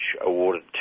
awarded